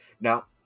Now